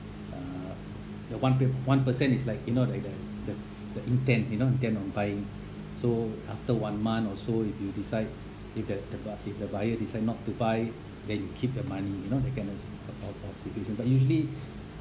err the one one percent is like you know like the intent you know intent on buying so after one month or so if you decide if the the b~ the buyer if the buyer decide not to buy than you keep the money you know that kind of of of of but usually